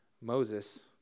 Moses